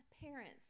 parents